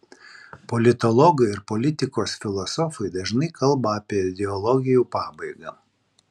politologai ir politikos filosofai dažnai kalba apie ideologijų pabaigą